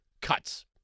cuts